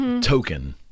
token